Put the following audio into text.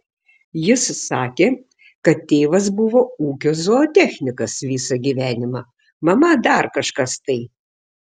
jis sakė kad tėvas buvo ūkio zootechnikas visą gyvenimą mama dar kažkas tai